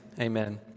amen